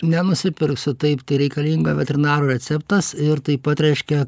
nenusipirksi taip tai reikalinga veterinaro receptas ir taip pat reiškia